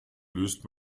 löst